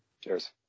Cheers